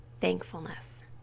Thankfulness